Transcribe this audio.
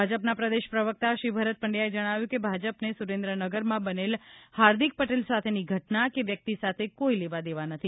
ભાજપના પ્રદેશ પ્રવક્તા શ્રી ભરત પંડચાએ જણાવ્યું છે કે ભાજપને સુરેન્દ્રનગરમાં બનેલ હાર્દિક પટેલ સાથેની ઘટના કે વ્યક્તિ સાથે કોઈ લેવાદેવા નથી